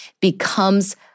becomes